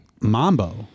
Mambo